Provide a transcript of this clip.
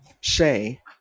Shay